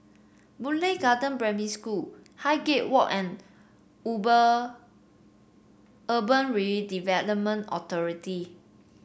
Boon Lay Garden Primary School Highgate Walk and Urban Redevelopment Authority